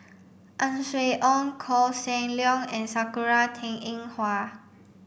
Ang Swee Aun Koh Seng Leong and Sakura Teng Ying Hua